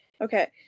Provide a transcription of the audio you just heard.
Okay